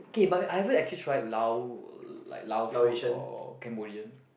okay but have you ever actually try Lao like Lao food or Cambodian